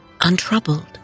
untroubled